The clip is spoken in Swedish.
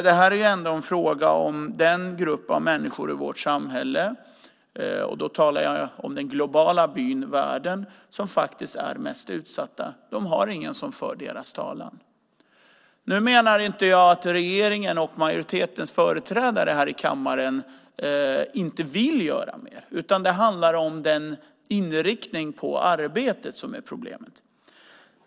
Det här är ändå en fråga om den grupp av människor i vårt samhälle - och då talar jag om den globala byn världen - som är mest utsatt. De har ingen som för deras talan. Nu menar inte jag att regeringen och majoritetens företrädare här i kammaren inte vill göra mer, utan det är inriktningen på arbetet som är problemet.